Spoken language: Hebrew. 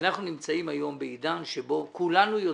אנחנו נמצאים היום בעידן שבו כולנו יודעים,